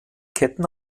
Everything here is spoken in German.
ketten